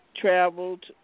traveled